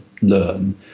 learn